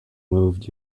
moved